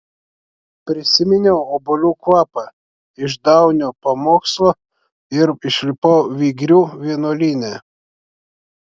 prisiminiau obuolių kvapą iš daunio pamokslo ir išlipau vygrių vienuolyne